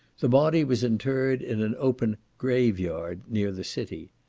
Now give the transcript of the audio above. the body was interred in an open grave yard near the city.